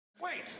Wait